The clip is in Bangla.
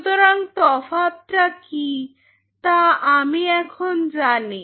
সুতরাং তফাতটা কি তা আমি এখন জানি